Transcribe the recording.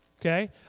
okay